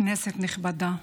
כנסת נכבדה,